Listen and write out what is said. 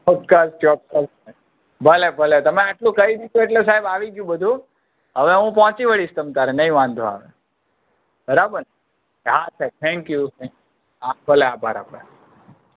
ચોક્કસ ચોક્કસ ભલે ભલે તમે આટલું કહી દીધું એટલે સાહેબ આવી ગયું બધું હવે હું પહોંચી વળીશ તમે તારે નહીં વાંધો આવે બરાબર હા સાહેબ થેન્ક યુ થેન્ક યુ હા ભલે આભાર આભાર